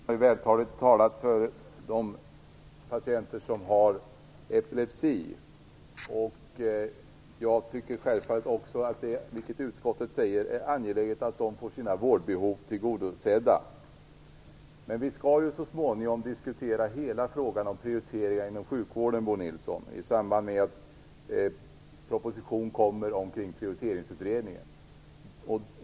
Herr talman! Bo Nilsson har vältaligt talat för de patienter som har epilepsi. Jag tycker självfallet också att det är angeläget att de får sina vårdbehov tillgodosedda, vilket utskottet också för fram. Men vi skall ju så småningom diskutera hela frågan om prioriteringar inom sjukvården, Bo Nilsson, i samband med att proposition kommer utifrån Prioriteringsutredningen.